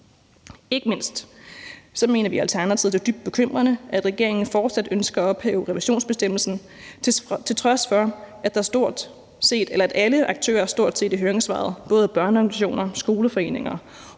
Ikke mindst mener vi i Alternativet, at det er dybt bekymrende, at regeringen fortsat ønsker at ophæve revisionsbestemmelsen, til trods for at stort set alle aktører i høringssvarene, både børneorganisationerne, skoleforeninger